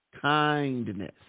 kindness